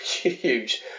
huge